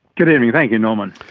good evening, thank you norman.